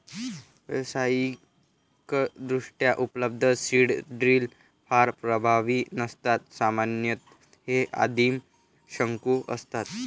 व्यावसायिकदृष्ट्या उपलब्ध seed drill फार प्रभावी नसतात सामान्यतः हे आदिम शंकू असतात